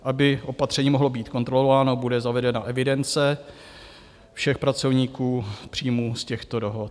Aby opatření mohlo být kontrolováno, bude zavedena evidence všech pracovníků, příjmů z těchto dohod.